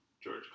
George